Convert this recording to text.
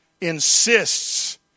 insists